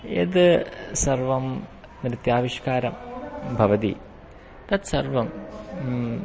यत् सर्वं नृत्याविष्कारं भवति तत्सर्वं